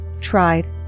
tried